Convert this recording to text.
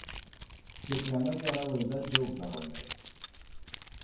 kiekviena gera laida džiaugdavomės